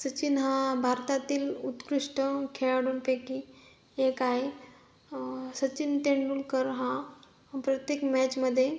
सचिन हा भारतातील उत्कृष्ट खेळाडूंपैकी एक आहे सचिन तेंडुलकर हा प्रत्येक मॅचमध्ये